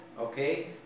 okay